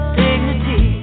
dignity